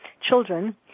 children